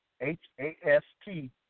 H-A-S-T